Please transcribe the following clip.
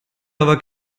aber